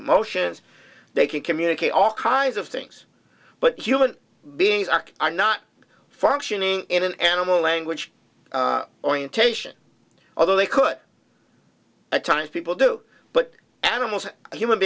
emotions they can communicate all kinds of things but human beings are not functioning in an animal language or intention although they could a time people do but animals human